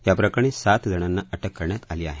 या प्रकरणी सात जणांना अटक करण्यात आली आहे